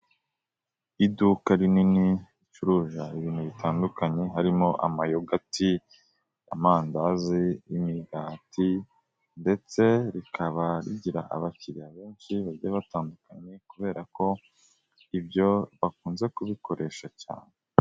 Iduka rinini ricuruza ibintu bitandukanye harimo amayogati, amandazi, imigati ndetse bikaba bigira abakiriya benshi bagiye batandukanye kubera ko ibyo bakunze kubikoresha cyane.